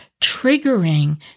triggering